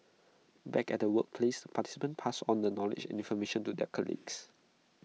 back at workplace participants pass on the knowledge and information to their colleagues